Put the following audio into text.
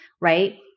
right